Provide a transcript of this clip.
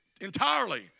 entirely